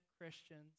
Christians